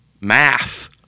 Math